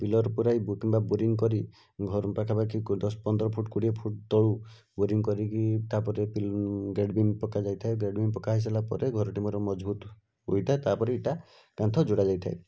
pillar ପୂରାଇ କିମ୍ବା boring କରି ଘରୁ ପାଖାପାଖି କ ଦଶ ପନ୍ଦର ଫୁଟ୍ କୋଡ଼ିଏ ଫୁଟ୍ ତଳୁ ବୋରିଙ୍ଗ୍ କରିକି ତା'ପରେ ଗ୍ରେଡ଼ ବିମ୍ ପକାଯାଇଥାଏ ଗ୍ରେଡ଼ ବିମ୍ ପକାହେଇ ସାରିଲାପରେ ଘରଟି ମୋର ମଜବୁତ ହୋଇଥାଏ ତା'ପରେ ଇଟା କାନ୍ଥ ଯୋଡ଼ା ଯାଇଥାଏ